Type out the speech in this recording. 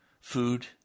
food